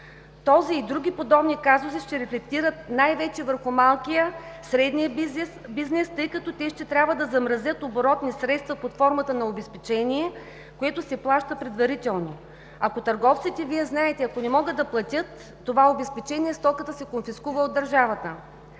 Този и други подобни казуси ще рефлектират най-вече върху малкия и средния бизнес, тъй като те ще трябва да замразят оборотни средства под формата на обезпечение, което се плаща предварително. Вие знаете, ако търговците не могат да платят това обезпечение, стоката се конфискува от държавата.